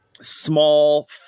small